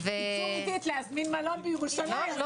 אנחנו